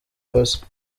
persie